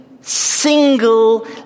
single